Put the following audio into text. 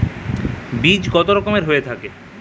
বীজ কত রকমের হয়ে থাকে?